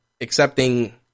accepting